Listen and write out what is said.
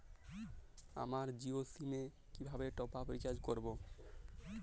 আমার জিও সিম এ কিভাবে টপ আপ রিচার্জ করবো?